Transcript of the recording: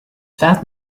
that